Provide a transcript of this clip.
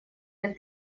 лет